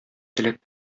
теләк